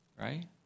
right